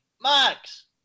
Max